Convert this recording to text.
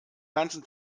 ganzen